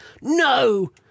No